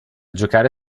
giocare